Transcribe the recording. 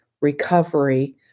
recovery